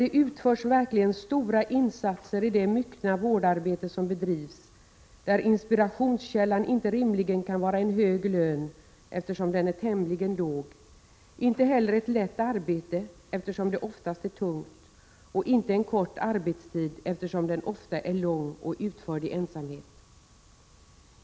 Det utförs verkligen stora insatser i det myckna vårdarbete som bedrivs, där inspirationskällan inte rimligen kan vara hög lön, eftersom den är tämligen låg, inte heller ett lätt arbete, eftersom det oftast är tungt, och inte en kort arbetstid, eftersom den ofta är lång och utförd i ensamhet.